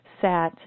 sat